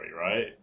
right